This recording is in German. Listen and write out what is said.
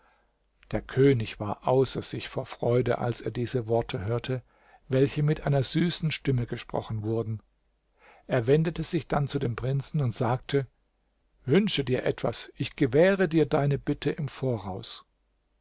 der könig war außer sich vor freude als er diese worte hörte welche mit einer süßen stimme gesprochen wurden er wendete sich dann zu dem prinzen und sagte wünsche dir etwas ich gewähre dir deine bitte im voraus